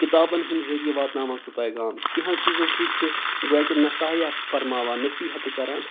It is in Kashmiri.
کِتابَن ہِنٛدۍ ذٔریعہٕ واتناوان سُہ پیغام کیٚنٛہہ ہو چیٖزو سۭتۍ چھِ گویا کہِ نساہِیا فرماوان نصیٖحتہٕ کَران